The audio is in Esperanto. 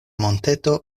monteto